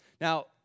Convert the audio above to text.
Now